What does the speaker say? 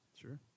Sure